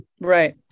Right